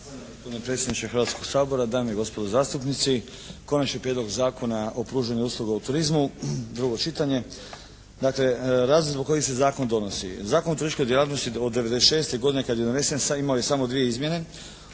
predsjedniče Hrvatskog sabora, dame i gospodo zastupnici. Konačni prijedlog Zakona o pružanju usluga u turizmu, drugo čitanje. Dakle, razlog zbog kojeg se Zakon donosi. Zakon o turističkoj djelatnosti od '96. godine kad je donesen imao je samo dvije izmjene